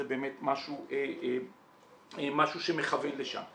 זה באמת משהו שמכוון לשם.